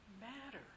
matter